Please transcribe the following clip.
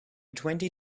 twenty